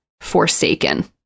forsaken